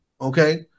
okay